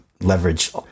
leverage